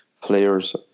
players